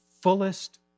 fullest